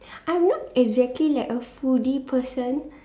I won't exactly like a foodie person